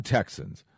Texans